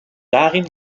darin